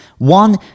one